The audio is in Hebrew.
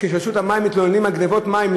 כשברשות המים מתלוננים על גנבות מים,